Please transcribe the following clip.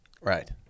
Right